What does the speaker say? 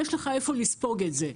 יש לך איפה לספוג את זה.